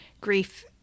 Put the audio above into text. Grief